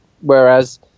whereas